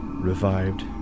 revived